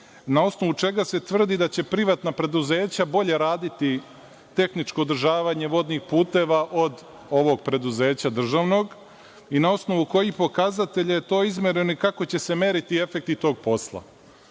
na osnovu čega se tvrdi da će privatna preduzeća bolje raditi tehničko održavanje vodnih puteva od ovog preduzeća državnog? I, na osnovu kojih pokazatelja je to izmereno i kako će se meriti efekti tog